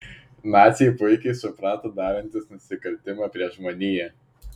naciai puikiai suprato darantys nusikaltimą prieš žmoniją